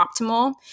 optimal